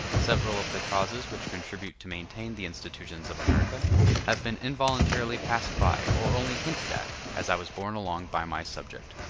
several of the causes which contribute to maintain the institutions of america have been involuntarily passed by or only hinted at as i was borne along by my subject.